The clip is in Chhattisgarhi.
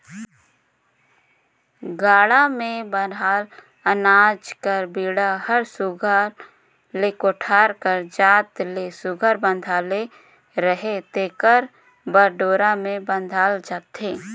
गाड़ा मे भराल अनाज कर बीड़ा हर सुग्घर ले कोठार कर जात ले सुघर बंधाले रहें तेकर बर डोरा मे बाधल जाथे